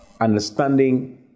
Understanding